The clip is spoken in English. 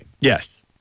Yes